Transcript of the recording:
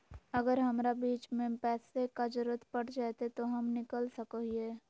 अगर हमरा बीच में पैसे का जरूरत पड़ जयते तो हम निकल सको हीये